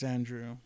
Andrew